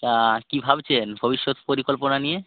তা কী ভাবছেন ভবিষ্যৎ পরিকল্পনা নিয়ে